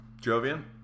Jovian